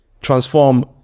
transform